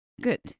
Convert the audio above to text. good